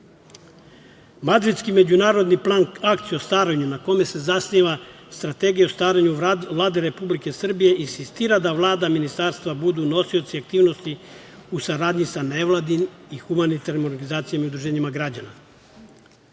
međunarodni plan akcije o staranju na kome se zasniva Strategija o starenju Vlade Republike Srbije insistira da Vlada, ministarstva budu nosioci aktivnosti u saradnji sa nevladinim i humanitarnim organizacijama i udruženjima građana. Savez